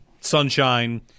sunshine